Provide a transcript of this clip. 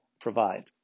provide